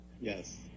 Yes